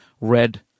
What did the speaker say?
red